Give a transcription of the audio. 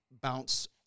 bounce